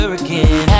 again